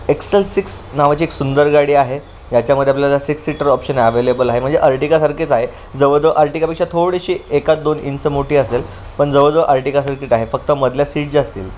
x L six नावाची एक सुंदर गाडी आहे याच्यामध्ये आपल्याला सिक्स सीटर ऑप्शन ॲवेलेबल आहे म्हणजे आर्टिकासारखीच आहे जवळजवळ आर्टिकापेक्षा थोडीशी एकात दोन इंच मोठी असेल पण जवळजवळ आर्टिगासारखीच आहे फक्त मधल्या सीट ज्या असतील